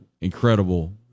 incredible